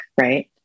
Right